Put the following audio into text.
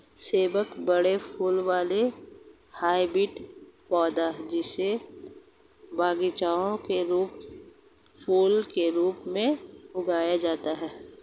स्रीवत बड़ा फूल वाला हाइब्रिड पौधा, जिसे बगीचे के फूल के रूप में उगाया जाता है